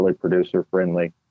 producer-friendly